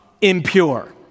impure